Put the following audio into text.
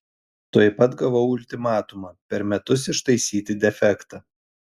tuoj pat gavau ultimatumą per metus ištaisyti defektą